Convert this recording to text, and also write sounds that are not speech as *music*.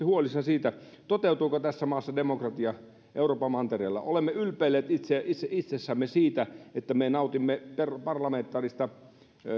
*unintelligible* huolissaan siitä toteutuuko tässä maassa demokratia euroopan mantereella olemme ylpeilleet itsessämme siitä että me nautimme parlamentaarista